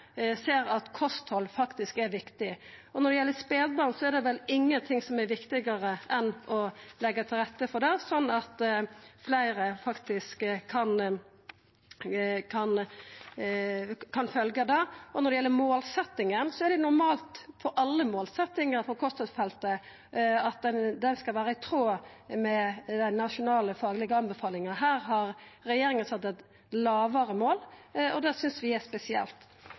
er viktigare enn å leggja til rette for det, slik at fleire kan følgja det. Når det gjeld målsetjinga, er det normalt for alle målsetjingar på kosthaldsfeltet at dei skal vera i tråd med dei nasjonale faglege anbefalingane. Her har regjeringa sett eit lågare mål. Det synest vi er spesielt.